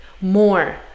more